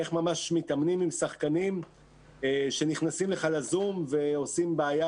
איך ממש מתאמנים עם שחקנים שנכנסים לך לזום ועושים בעיה,